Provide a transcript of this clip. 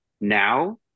now